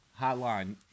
Hotline